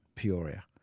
Peoria